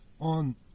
On